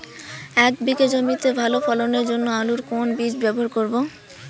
এক বিঘে জমিতে ভালো ফলনের জন্য আলুর কোন বীজ ব্যবহার করব?